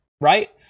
right